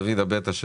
דוד אבטה,